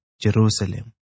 Jerusalem